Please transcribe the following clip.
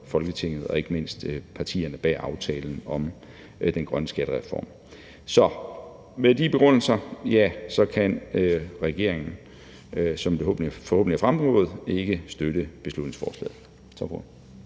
Folketinget og ikke mindst partierne bag aftalen om den grønne skattereform. Med de begrundelser kan regeringen, som det forhåbentlig er fremgået, ikke støtte beslutningsforslaget.